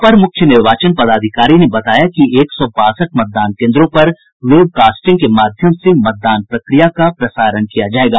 अपर मुख्य निर्वाचन पदाधिकारी ने बताया कि एक सौ बासठ मतदान केन्द्रों पर वेबकास्टिंग के माध्यम से मतदान प्रक्रिया का प्रसारण किया जायेगा